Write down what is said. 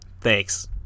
Thanks